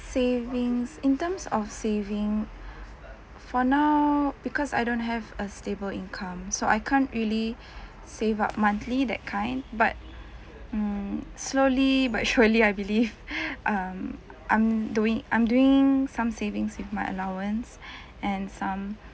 savings in terms of saving for now because I don't have a stable income so I can't really save up monthly that kind but mm slowly but surely I believe um I'm doing I'm doing some savings with my allowance and some